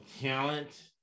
talent